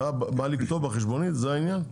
מה לכתוב בחשבונית, זה העניין?